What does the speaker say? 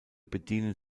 bedienen